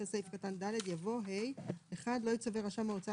אחרי סעיף קטן (ד) יבוא: (ה)(1) לא יצווה רשם ההוצאה